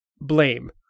blame